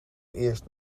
eerst